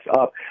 up